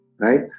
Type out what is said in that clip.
Right